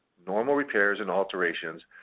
normal repairs and alterations.